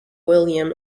william